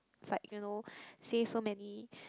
it's like you know say so many